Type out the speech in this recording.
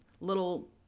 little